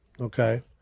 okay